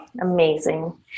Amazing